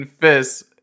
fists